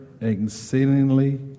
exceedingly